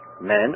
men